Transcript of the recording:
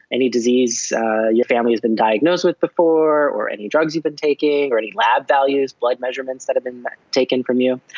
any disease your family's been diagnosed with before, or any drugs you've been taking, or any lab values, blood measurements that have been taken from you.